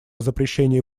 запрещении